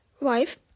wife